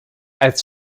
als